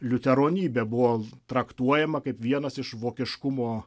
liuteronybė buvo traktuojama kaip vienas iš vokiškumo